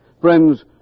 Friends